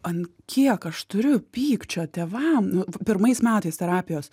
ant kiek aš turiu pykčio tėvam nu pirmais metais terapijos